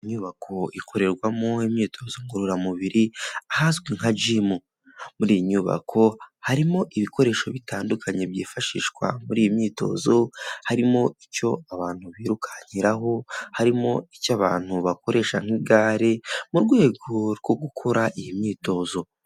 Inyubako ikorerwamo imyitozo ngororamubiri ahazwi nka gimu, muri nyubako harimo ibikoresho bitandukanye byifashishwa muri iyi myitozo harimo icyo abantu birukankiraho, harimo icy'abantu bakoresha nk'igare mu rwego rwo gukora iyi myitozo.